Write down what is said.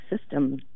system